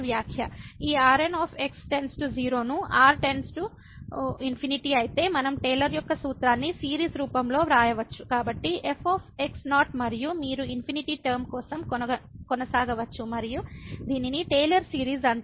ఈ Rn → 0 ను n →∞ అయితే మనం టేలర్ యొక్క సూత్రాన్ని సిరీస్ రూపంలో వ్రాయవచ్చు కాబట్టి f మరియు మీరు ఇన్ఫినిటీ టర్మ కోసం కొనసాగవచ్చు మరియు దీనిని టేలర్ సిరీస్ అంటారు